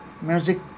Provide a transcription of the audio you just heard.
Music